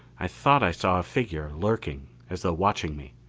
i thought i saw a figure lurking as though watching me.